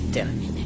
Terminé